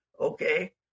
Okay